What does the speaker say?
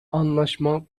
anlaşma